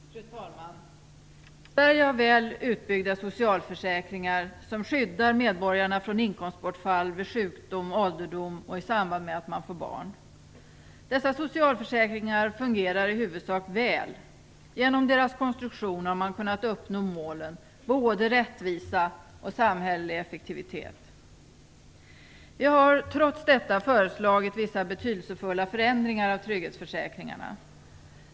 Fru talman! Sverige har väl utbyggda socialförsäkringar, som skyddar medborgarna från inkomstbortfall vid sjukdom, ålderdom och i samband med att man får barn. Dessa socialförsäkringar fungerar i huvudsak väl. Genom deras konstruktion har man kunnat uppnå målen, både rättvisa och samhällelig effektivitet. Vi har trots detta föreslagit vissa betydelsefulla förändringar av trygghetsförsäkringarna.